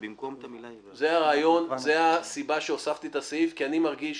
זו הסיבה שהוספתי את הסעיף, כי אני מרגיש